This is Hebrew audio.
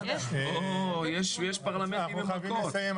--- אנחנו חייבים לסיים,